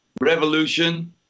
Revolution